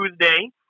Tuesday